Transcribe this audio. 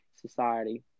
society